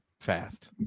fast